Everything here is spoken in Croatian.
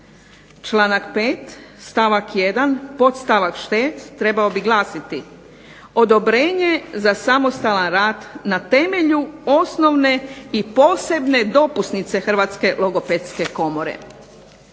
Članak 5. stavak 1 podstavak 6. trebao bi glasiti, odobrenje za samostalan rad na temelju osnovne i posebne dopusnice Hrvatske logopedske komore.